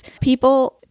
people